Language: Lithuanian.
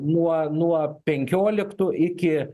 nuo nuo penkioliktų iki